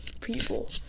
people